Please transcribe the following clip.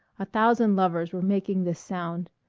a thousand lovers were making this sound,